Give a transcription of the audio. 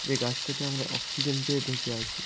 যে গাছ থেকে আমরা অক্সিজেন পেয়ে বেঁচে আছি